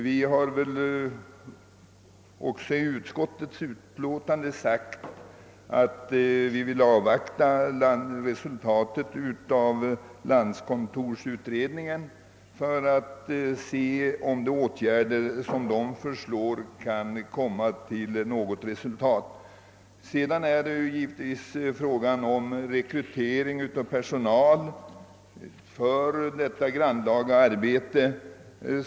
Vi har också i utskottets betänkande uttalat att vi vill avvakta landskontorsutredningens arbete för att se om de åtgärder utredningen föreslår kan leda till något resultat. Ett av de problem som föreligger gäller rekryteringen av personal till detta grannlaga arbete.